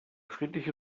friedliche